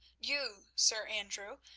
you, sir andrew,